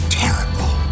terrible